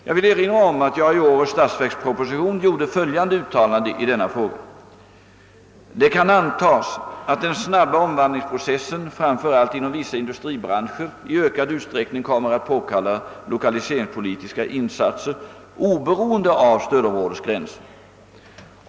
Jag vill erinra om att jag i årets statsverksproposition gjorde följande uttalande i denna fråga: »Det kan antas att den snabba omvandlingsprocessen framför allt inom vissa industribranscher i ökad utsträckning kommer att påkalla lokaliseringspolitiska insatser oberoende av stödområdesgränsen.